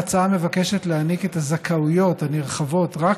ההצעה מבקשת להעניק את הזכאויות הנרחבות רק